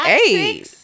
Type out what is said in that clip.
eight